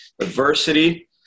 adversity